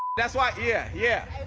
that's why, yeah, yeah,